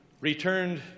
returned